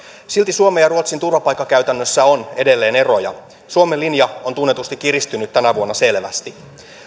silti suomen ja ruotsin turvapaikkakäytännössä on edelleen eroja suomen linja on tunnetusti kiristynyt tänä vuonna selvästi